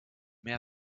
mehr